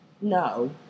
No